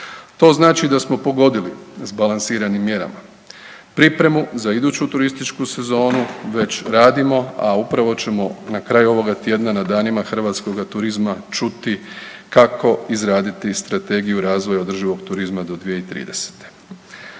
To znači da smo pogodili sa balansiranim mjerama. Pripremu za iduću turističku sezonu već radimo a upravo ćemo na kraju ovog tjedna na Danima hrvatskoga turizma čuti kako izraditi Strategiju razvoja održivog turizma do 2030.